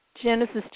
Genesis